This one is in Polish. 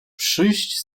przyjść